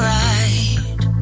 right